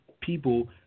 people